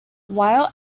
while